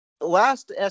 Last